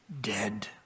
dead